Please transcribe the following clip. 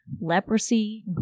leprosy